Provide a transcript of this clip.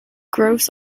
gross